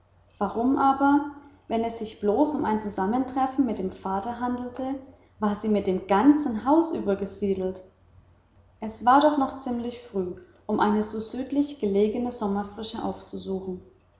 warum aber wenn es sich bloß um ein zusammentreffen mit dem vater handelte war sie mit dem ganzen haus übergesiedelt es war doch noch ziemlich früh um eine so südlich gelegene sommerfrische aufzusuchen